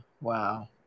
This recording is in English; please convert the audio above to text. Wow